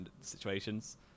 situations